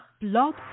Blog